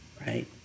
right